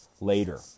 later